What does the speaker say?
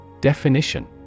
Definition